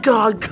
God